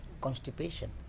constipation